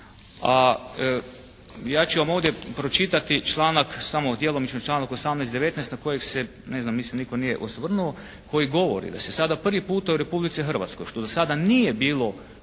ja ću vam ovdje pročitati članak, samo djelomično članak 18., 19., na kojeg se, ne znam mislim nitko nije osvrnuo koji govori da se sada prvi puta u Republici Hrvatskoj, što dosad nije bilo